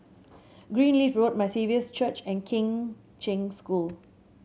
Greenleaf Road My Saviour's Church and Kheng Cheng School